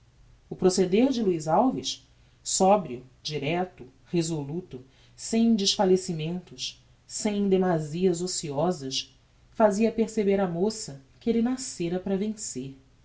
o proceder de luiz alves sobrio directo resoluto sem desfallecimentos nem demasias ociosas fazia perceber á moça que elle nascera para vencer